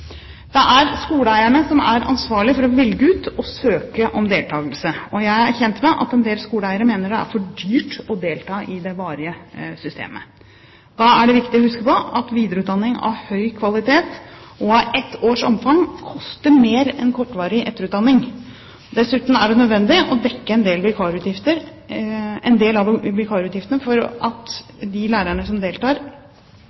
Det er skoleeierne som er ansvarlig for å velge ut og søke om deltakelse. Jeg er kjent med at en del skoleeiere mener det er for dyrt å delta i det varige systemet. Da er det viktig å huske på at videreutdanning av høy kvalitet og av ett års omfang koster mer enn kortvarig etterutdanning. Dessuten er det nødvendig å dekke en del av vikarutgiftene for at de lærerne som deltar, skal kunne gjøre det, og at